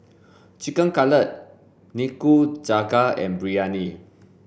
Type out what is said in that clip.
Chicken Cutlet Nikujaga and Biryani